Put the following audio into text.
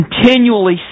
continually